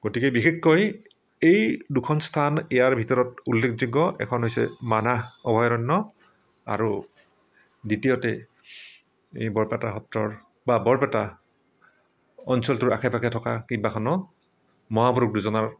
গতিকে বিশেষকৈ এই দুখন স্থান ইয়াৰ ভিতৰত উল্লেখযোগ্য এখন হৈছে মানাহ অভয়াৰণ্য আৰু দ্বিতীয়তে এই বৰপেটা সত্ৰৰ বা বৰপেটা অঞ্চলটোৰ আশে পাশে থকা কেইবাখনো মহাপুৰুষ দুজনৰ